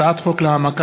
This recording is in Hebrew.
הצעת חוק המאבק